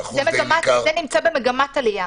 זה נמצא במגמת עלייה.